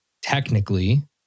technically